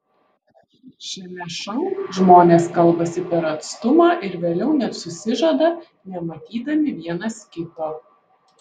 šiame šou žmonės kalbasi per atstumą ir vėliau net susižada nematydami vienas kito